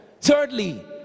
Thirdly